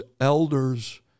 elders